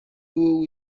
uwo